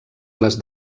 les